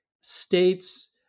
states